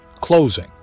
Closing